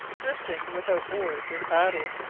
drifting without oars or paddle,